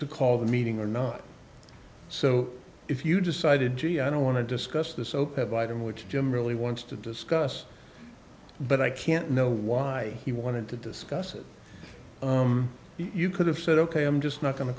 to call the meeting or not so if you decided to i don't want to discuss the soap of item which jim really wants to discuss but i can't know why he wanted to discuss it you could have said ok i'm just not going to